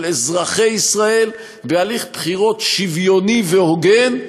אזרחי ישראל בהליך בחירות שוויוני והוגן,